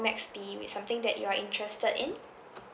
max be with something that you are interested in